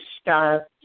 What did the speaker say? start